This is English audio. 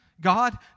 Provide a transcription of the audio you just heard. God